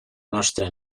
nostra